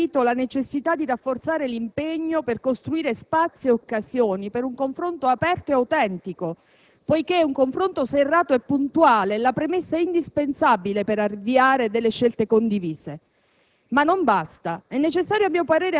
Penso, inoltre, sia importante aver ribadito la necessità di rafforzare l'impegno per costruire spazio e occasioni per un confronto aperto e autentico, poiché un confronto serrato e puntuale è la premessa indispensabile per avviare delle scelte condivise.